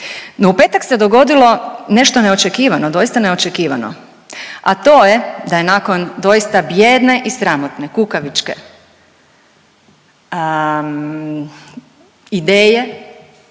u petak se dogodilo nešto neočekivano, doista neočekivano, a to je da je nakon doista bijedne i sramotne kukavičke ideje